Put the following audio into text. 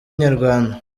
inyarwanda